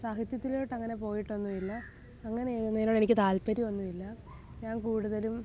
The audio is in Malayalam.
സാഹിത്യത്തിലോട്ടങ്ങനെ പോയിട്ടൊന്നുമില്ല അങ്ങനെ എഴുതുന്നതിനോടെനിക്ക് താല്പ്പര്യം ഒന്നുവില്ല ഞാന് കൂടുതലും